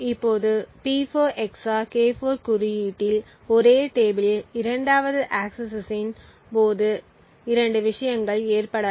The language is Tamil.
இப்போது P4 XOR K4 குறியீட்டில் ஒரே டேபிளில் 2 வது ஆக்கசஸ்சின் போது 2 விஷயங்கள் ஏற்படலாம்